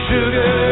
Sugar